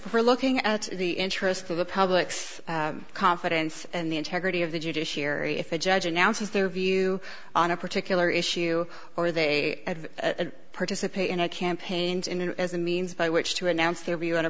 her looking at the interest of the public's confidence and the integrity of the judiciary if a judge announces their view on a particular issue or they have a participate in a campaign's in and as a means by which to announce their view on a